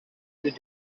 you